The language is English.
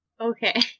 Okay